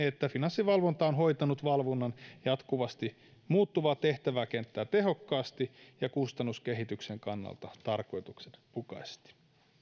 että finanssivalvonta on hoitanut valvonnan jatkuvasti muuttuvaa tehtäväkenttää tehokkaasti ja kustannuskehityksen kannalta tarkoituksenmukaisesti